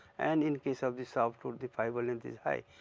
and in case of the soft wood the fibre length is high,